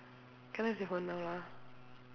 cannot use your phone now lah